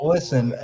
Listen